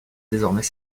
désormais